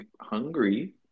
hungry